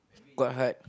quite hard